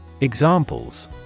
Examples